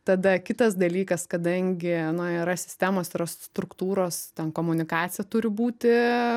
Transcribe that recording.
tada kitas dalykas kadangi nu yra sistemos yra struktūros ten komunikacija turi būti